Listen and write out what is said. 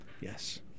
Yes